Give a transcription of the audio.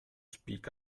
speak